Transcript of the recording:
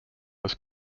was